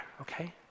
okay